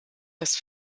das